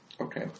Okay